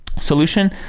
solution